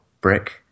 brick